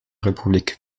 republik